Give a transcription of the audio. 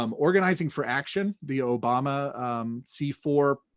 um organizing for action, the obama c four,